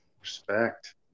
Respect